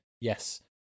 Yes